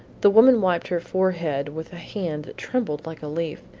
the woman wiped her forehead with a hand that trembled like a leaf.